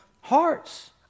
hearts